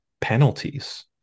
penalties